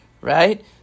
Right